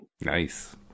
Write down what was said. Nice